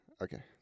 Okay